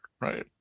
right